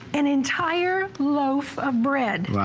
an entire loaf of bread.